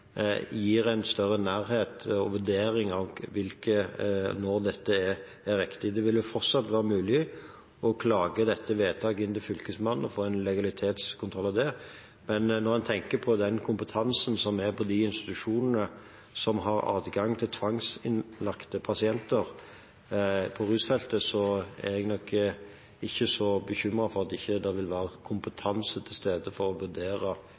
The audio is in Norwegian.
gir en større nærhet og vurdering av når dette er riktig. Det vil fortsatt være mulig å klage dette vedtaket inn til Fylkesmannen og få en legalitetskontroll av det. Men når en tenker på den kompetansen som er på de institusjonene som har adgang til tvangsinnlagte pasienter fra rusfeltet, er jeg nok ikke så bekymret for at det ikke vil være kompetanse til stede for å vurdere